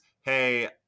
hey